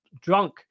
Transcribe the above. drunk